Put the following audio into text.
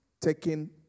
taking